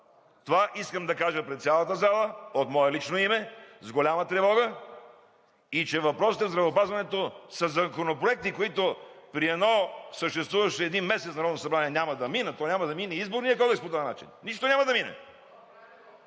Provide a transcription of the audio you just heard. Това искам да кажа пред цялата зала от мое лично име с голяма тревога и че въпросите в здравеопазването със законопроекти, които при едно съществуващо един месец Народно събрание няма да минат! То няма да мине и Изборният кодекс по този начин – нищо няма да мине!